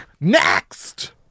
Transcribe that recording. Next